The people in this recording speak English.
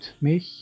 mich